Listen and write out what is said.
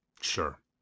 Sure